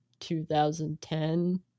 2010